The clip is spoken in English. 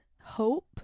hope